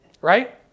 right